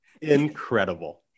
Incredible